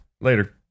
Later